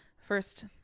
first